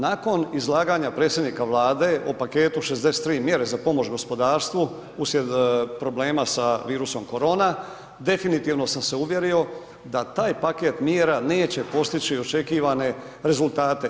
Nakon izlaganja predsjednika Vlade o paketu 63 mjere za pomoć gospodarstvu uslijed problema sa virusom korona, definitivno sam se uvjerio da taj paket mjera neće postići očekivane rezultate.